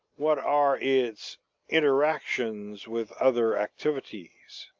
what are its interactions with other activities.